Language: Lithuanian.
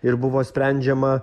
ir buvo sprendžiama